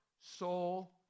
soul